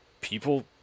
people